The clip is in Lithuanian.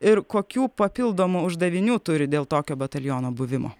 ir kokių papildomų uždavinių turi dėl tokio bataliono buvimo